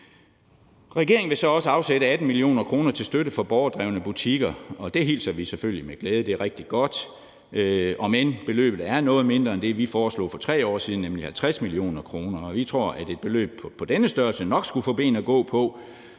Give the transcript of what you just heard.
Regeringen vil så også afsætte 18 mio. kr. til støtte for borgerdrevne butikker, og det hilser vi selvfølgelig velkommen – det er rigtig godt – omend beløbet er noget mindre end det, vi foreslog for 3 år siden, nemlig 50 mio. kr. Vi tror, at et beløb på denne størrelse nok skulle få ben at gå på,